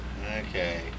Okay